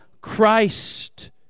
Christ